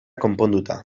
konponduta